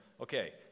okay